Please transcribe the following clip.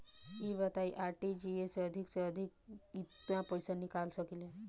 ई बताईं आर.टी.जी.एस से अधिक से अधिक केतना पइसा भेज सकिले?